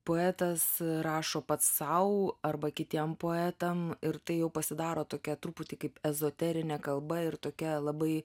poetas rašo pats sau arba kitiem poetam ir tai jau pasidaro tokia truputį kaip ezoterinė kalba ir tokia labai